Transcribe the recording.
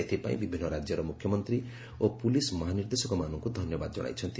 ସେ ଏଥିପାଇଁ ବିଭିନ୍ନ ରାଜ୍ୟର ମୁଖ୍ୟମନ୍ତ୍ରୀ ଓ ପୁଲିସ୍ ମହାନିର୍ଦ୍ଦେଶକମାନଙ୍କୁ ଧନ୍ୟବାଦ ଜଣାଇଛନ୍ତି